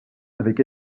avec